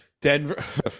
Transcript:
Denver